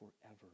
forever